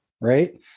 right